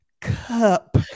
cup